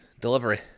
Delivery